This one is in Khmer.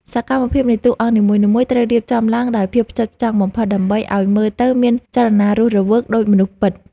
សកម្មភាពនៃតួអង្គនីមួយៗត្រូវរៀបចំឡើងដោយភាពផ្ចិតផ្ចង់បំផុតដើម្បីឱ្យមើលទៅមានចលនារស់រវើក ដូចមនុស្សពិត។